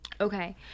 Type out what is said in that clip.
Okay